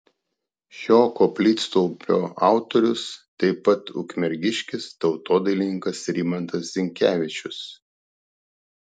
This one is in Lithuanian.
šio koplytstulpio autorius taip pat ukmergiškis tautodailininkas rimantas zinkevičius